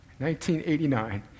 1989